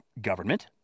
government